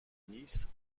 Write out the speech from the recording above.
nice